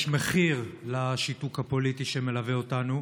יש מחיר לשיתוק הפוליטי שמלווה אותנו,